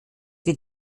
wir